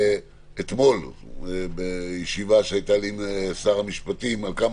אתמול בישיבה שהייתה לי עם שר המשפטים על כמה